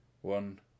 one